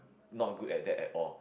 not good at that at all